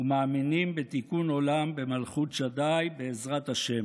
ומאמינים בתיקון עולם במלכות שדי, בעזרת השם.